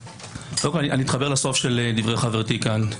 קודם כול, אני מתחבר לסוף של דברי חברתי כאן.